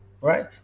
right